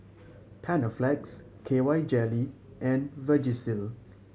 Panaflex K Y Jelly and Vagisil